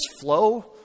flow